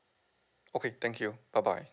okay thank you bye bye